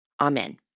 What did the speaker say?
Amen